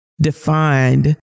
defined